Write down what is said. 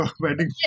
Wedding